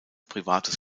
privates